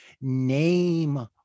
name